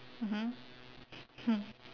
mmhmm hmm